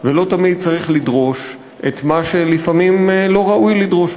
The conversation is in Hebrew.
ולא תמיד צריך לדרוש את מה שלפעמים לא ראוי לדרוש,